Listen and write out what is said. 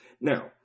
now